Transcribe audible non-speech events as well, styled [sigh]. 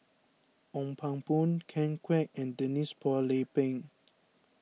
Ong Pang Boon Ken Kwek and Denise Phua Lay Peng [noise]